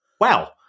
wow